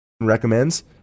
recommends